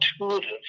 intuitive